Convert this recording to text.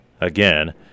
again